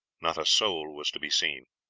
not a soul was to be seen.